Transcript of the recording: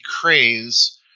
craze